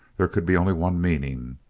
there could be only one meaning.